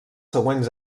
següents